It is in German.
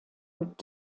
und